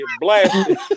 blasted